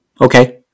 Okay